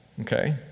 Okay